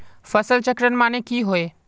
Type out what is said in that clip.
फसल चक्रण माने की होय?